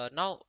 now